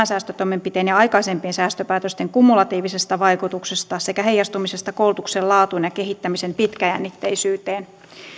säästötoimenpiteen ja aikaisempien säästöpäätösten kumulatiiviseen vaikutukseen sekä heijastumiseen koulutuksen laatuun ja kehittämisen pitkäjännitteisyyteen